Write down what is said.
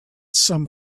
some